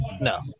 no